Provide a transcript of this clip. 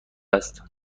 است